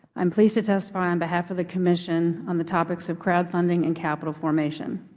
i'm pleased to testify on behalf of the commission on the topics of crowdfunding and capital formation.